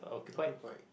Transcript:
okay fine